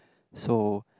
so